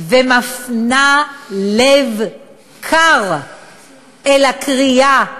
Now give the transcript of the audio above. ומפנה לב קר אל הקריאה: